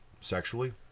Sexually